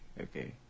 Okay